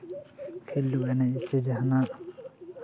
ᱠᱷᱮᱞᱰᱩ ᱮᱱᱮᱡ ᱥᱮ ᱡᱟᱦᱟᱱᱟᱜ